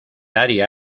área